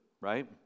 right